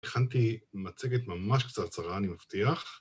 הכנתי מצגת ממש קצרצרה אני מבטיח